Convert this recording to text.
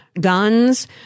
guns